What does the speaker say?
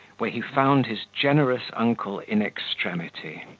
where he found his generous uncle in extremity,